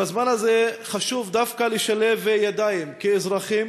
בזמן הזה חשוב דווקא לשלב ידיים כאזרחים